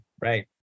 right